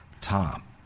Tom